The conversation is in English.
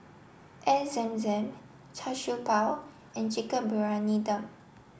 Air Zam Zam Char Siew Bao and Chicken Briyani Dum